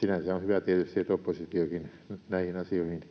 Sinänsä on hyvä tietysti, että oppositiokin näihin asioihin